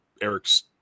Eric's